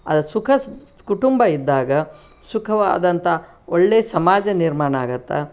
ಅಲ್ಲಿ ಸುಖ ಕುಟುಂಬ ಇದ್ದಾಗ ಸುಖವಾದಂಥ ಒಳ್ಳೆ ಸಮಾಜ ನಿರ್ಮಾಣ ಆಗುತ್ತೆ